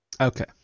okay